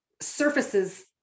surfaces